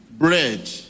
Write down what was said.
Bread